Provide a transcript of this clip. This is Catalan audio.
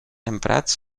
emprats